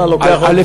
א.